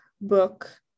book